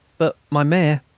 but my mare.